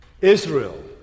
Israel